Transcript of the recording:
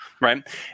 Right